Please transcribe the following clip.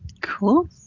Cool